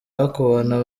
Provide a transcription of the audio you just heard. bakubona